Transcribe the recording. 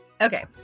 Okay